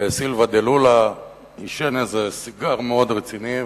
ולולה דה סילבה עישן איזה סיגר מאוד רציני.